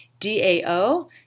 DAO